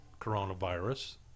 coronavirus